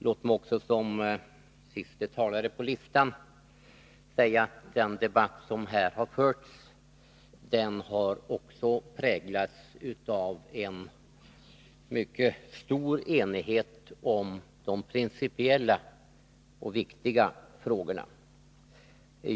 Låt mig vidare som siste talare på talarlistan säga att också den debatt som här har förts har präglats av en mycket stor enighet om de principiella och viktiga frågorna.